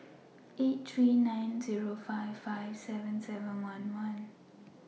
eight three nine Zero five five seven seven one one